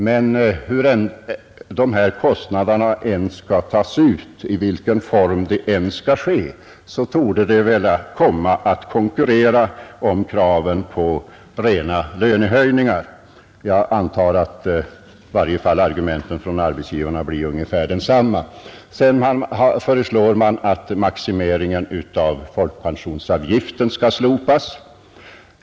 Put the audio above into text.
Men i vilken form dessa kostnader än skall tas ut torde det komma att konkurrera med kraven på rena lönehöjningar. I varje fall antar jag att arbetsgivarnas argument blir ungefär desamma. Sedan har det föreslagits att maximeringen av folkpensionsavgiften skall slopas.